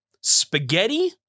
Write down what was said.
spaghetti